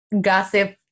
gossip